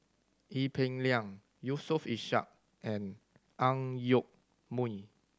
Ee Peng Liang Yusof Ishak and Ang Yoke Mooi